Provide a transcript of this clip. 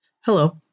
Hello